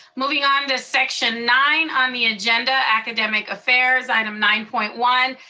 moving on to section nine on the agenda, academic affairs, item nine point one.